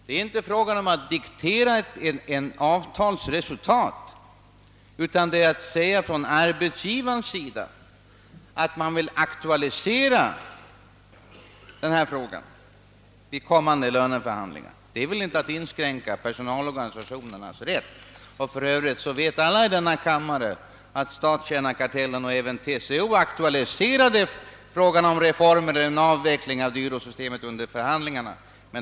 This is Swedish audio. Det är inte fråga om att diktera ett avtalsresultat, utan det är att säga från arbetsgivarens sida att man vill aktualisera denna fråga vid kommande förhandlingar. Det är väl inte att inskränka personalorganisationernas rätt! För övrigt vet alla i denna kammare att Statstjänarkartellen och även TCO aktualiserade frågan om reform av eller avveckling av dyrortssystemet under förhandlingarna.